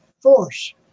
force